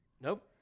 Nope